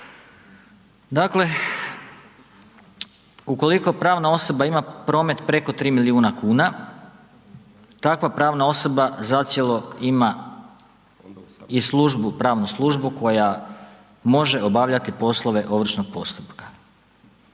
Dakle, ukoliko pravna osoba ima promet preko 3 milijuna kuna, takva pravna osoba zacijelo ima i službu, pravnu službu koja može obavljati poslove ovršnog postupka.